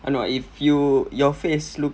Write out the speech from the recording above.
ah no ah if you your face look